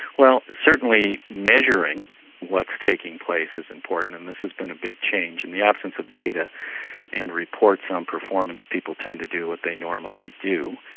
well, certainly measuring what's taking place is important and this has been a big change. in the absence of data and reports on performance, people tend to do what they normally do.